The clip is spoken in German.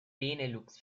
benelux